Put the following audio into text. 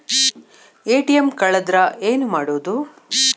ATM ಕಳದ್ರ ಏನು ಮಾಡೋದು?